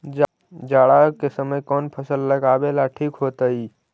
जाड़ा के समय कौन फसल लगावेला ठिक होतइ?